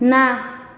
ନା